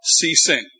ceasing